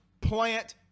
plant